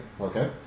Okay